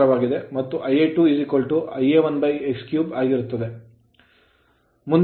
ಮತ್ತು Ia2 Ia1 x3 ಆಗಿರುತ್ತದೆ